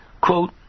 quote